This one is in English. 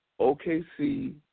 OKC